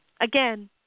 again